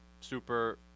super